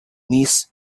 missed